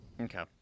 Okay